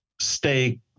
stay